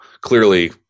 clearly